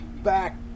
Back